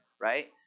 right